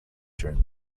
during